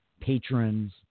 patrons